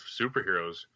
Superheroes